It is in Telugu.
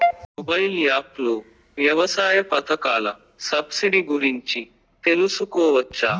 మొబైల్ యాప్ లో వ్యవసాయ పథకాల సబ్సిడి గురించి తెలుసుకోవచ్చా?